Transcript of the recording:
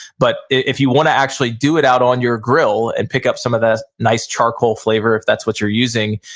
but if you wanna actually do it out on your grill, and pick up some of that nice charcoal flavor, if that's what you're using,